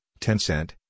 Tencent